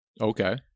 Okay